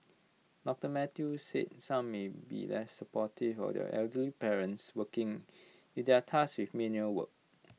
doctor Mathew said some may be less supportive of their elderly parents working if they are task with menial work